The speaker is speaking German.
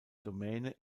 domäne